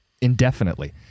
indefinitely